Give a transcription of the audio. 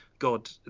god